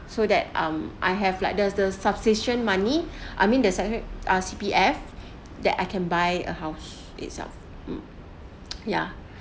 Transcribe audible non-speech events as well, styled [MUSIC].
so that um I have like the the substantial money [BREATH] I mean there's hundred uh C_P_F that I can buy a house itself mm [NOISE] yeah